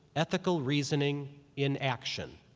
ethical reasoning in action.